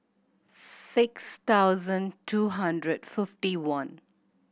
six thousand two hundred fifty one